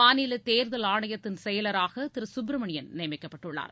மாநில தேர்தல் ஆணையத்தின் செயலராக திரு சுப்ரமணியன் நியமிக்கப்பட்டுள்ளார்